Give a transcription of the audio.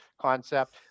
concept